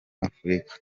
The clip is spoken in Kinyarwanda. afurika